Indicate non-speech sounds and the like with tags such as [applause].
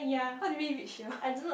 how did we reach here [laughs]